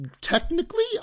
technically